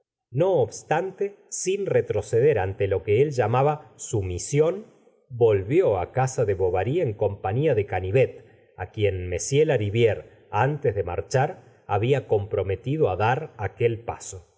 no obstante sin retroceder ante lo que él llamaba su mi sión volvió á casa de bovary en compailía de canivet á quien m lariviére antes de marchar había comprometido á dar aquel paso